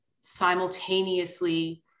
simultaneously